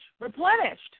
replenished